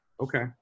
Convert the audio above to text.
Okay